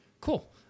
Cool